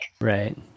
right